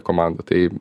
komanda tai